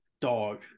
dog